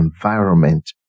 environment